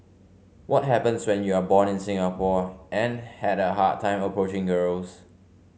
what happens when you are born in Singapore and had a hard time approaching girls